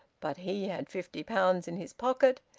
but he had fifty pounds in his pocket,